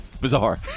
Bizarre